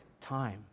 time